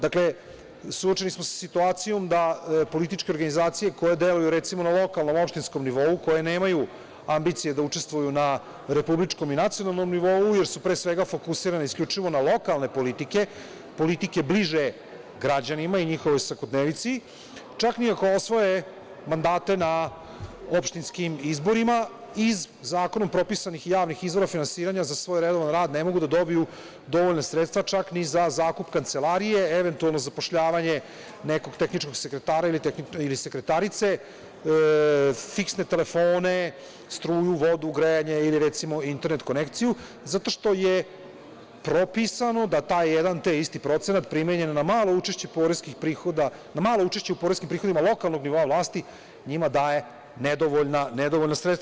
Dakle, suočeni smo sa situacijom da političke organizacije koje deluju, recimo, na lokalnom opštinskom nivou, koje nemaju ambicije da učestvuju na republičkom i nacionalnom nivou, jer su pre svega fokusirane isključivo na lokalne politike, politike bliže građanima i njihovoj svakodnevici, čak ni ako osvoje mandate na opštinskim izborima iz zakonom propisanih javnih izvora finansiranja za svoj realan rad ne mogu da dobiju dovoljna sredstva čak ni za zakup kancelarije, eventualno zapošljavanje nekog tehničkog sekretara ili sekretarice, fiksne telefone, struju, vodu, grejanje ili internet konekciju, zato što je propisano da taj jedan te isti procenat primenjen na malo učešće u poreskim prihodima lokalnog nivoa vlasti njima daje nedovoljna sredstva.